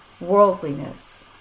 worldliness